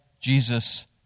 Jesus